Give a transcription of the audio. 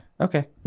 Okay